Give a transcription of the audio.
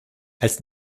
als